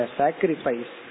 sacrifice